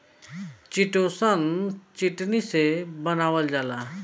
chitosan, chitin से बनावल जाला